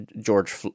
George